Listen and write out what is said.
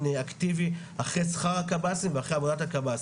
אקטיבי אחרי שכר הקבסי"ם ואחרי עבודת הקבסי"ם".